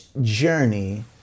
journey